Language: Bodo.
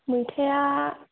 मैथाया